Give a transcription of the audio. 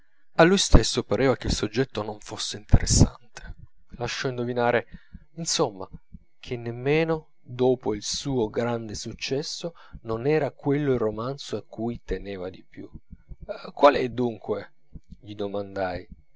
a lui stesso pareva che il soggetto non fosse interessante lasciò indovinare insomma che nemmeno dopo il suo grande successo non era quello il romanzo a cui teneva di più qual è dunque gli domandai